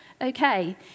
okay